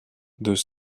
deux